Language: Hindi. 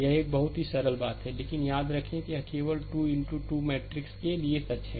यह एक बहुत ही सरल बात है लेकिन याद रखें कि यह केवल 2 इनटू 2 मैट्रिक्स के लिए सच है